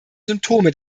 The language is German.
symptome